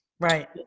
Right